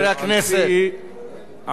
חברי הכנסת.